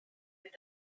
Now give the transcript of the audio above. with